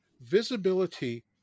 Visibility